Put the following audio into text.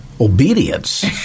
obedience